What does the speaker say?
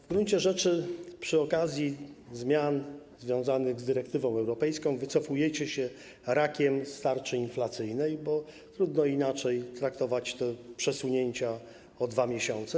W gruncie rzeczy przy okazji zmian związanych z dyrektywą europejską wycofujecie się rakiem z tarczy inflacyjnej, bo trudno inaczej traktować te przesunięcia o 2 miesiące.